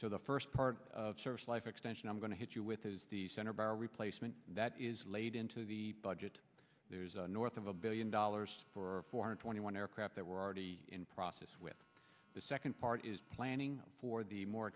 so the first part of service life extension i'm going to hit you with is the center bar replacement that is laid into the budget there's a north of a billion dollars for four hundred twenty one aircraft that were already in process with the second part is planning for the more